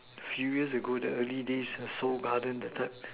few years ago the early days eh seoul garden that type